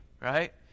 right